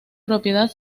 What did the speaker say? propiedad